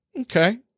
Okay